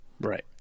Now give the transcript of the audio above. Right